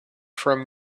from